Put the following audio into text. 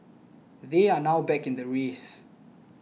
they are now back in the race